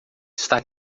está